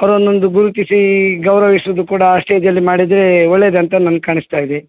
ಅವರನ್ನೊಂದು ಗುರುತಿಸಿ ಗೌರವಿಸೋದು ಕೂಡ ಸ್ಟೇಜ್ಲ್ಲಿ ಮಾಡಿದರೆ ಒಳ್ಳೇದುಂತ ನನ್ಗೆ ಕಾಣಿಸ್ತಾ ಇದೆ